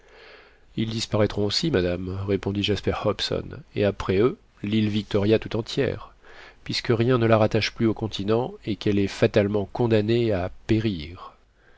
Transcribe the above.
ils disparaîtront aussi madame répondit jasper hobson et après eux l'île victoria tout entière puisque rien ne la rattache plus au continent et qu'elle est fatalement condamnée à périr